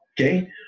Okay